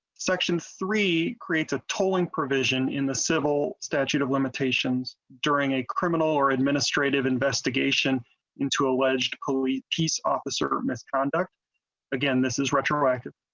section three creates a tolling provision in the civil statute of limitations during a criminal or administrative investigation into alleged coli peace officer misconduct again this is retroactive.